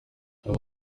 uyu